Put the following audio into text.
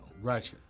Right